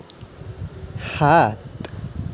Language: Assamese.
সাত